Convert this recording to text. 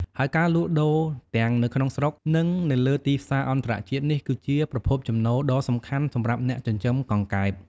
ហើយការលក់ដូរទាំងនៅក្នុងស្រុក និងនៅលើទីផ្សារអន្តរជាតិនេះ គឺជាប្រភពចំណូលដ៏សំខាន់សម្រាប់អ្នកចិញ្ចឹមកង្កែប។